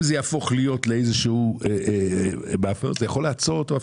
אם זה יהפוך להיות איזה שהוא --- זה יכול לעצור אותו,